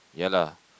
ya lah